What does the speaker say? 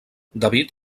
david